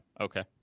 Okay